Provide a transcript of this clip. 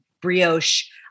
brioche